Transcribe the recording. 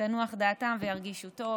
תנוח דעתם וירגישו טוב.